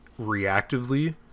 reactively